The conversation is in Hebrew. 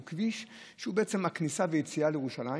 הוא כביש שהוא בעצם הכניסה והיציאה של ירושלים,